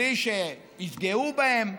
בלי שיפגעו בהם.